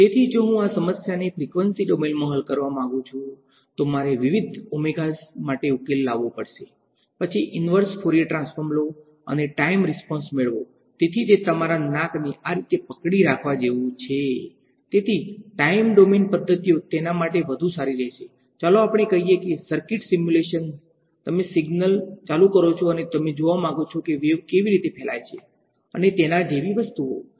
તેથી જો હું આ સમસ્યાને ફ્રીક્વન્સી ડોમેનમાં હલ કરવા માંગુ છું તો મારે વિવિધ ઓમેગાસ માટે ઉકેલ લાવવો પડશે પછી ઈંવર્સ ફોરિયર ટ્રાંસફોર્મ લો અને ટાઈમ રીસ્પોંસતમે સિગ્નલ ચાલુ કરો છો અને તમે જોવા માંગો છો કે વેવ કેવી રીતે ફેલાય છે અને તેના જેવી વસ્તુઓ